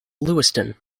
lewiston